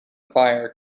fire